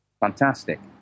fantastic